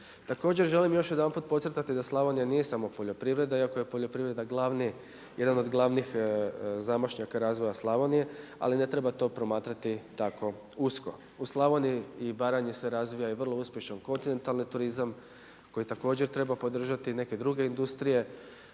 Također želim još jedanput podcrtati da Slavonija nije samo poljoprivreda iako je poljoprivreda jedan od glavnih zamašnjaka razvoja Slavonije, ali ne treba to promatrati tako usko. U Slavoniji i Baranji se razvija i vrlo uspješan kontinentalan turizam koji također treba podržati i neke druge industrije.